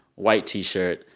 white t-shirt,